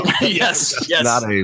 Yes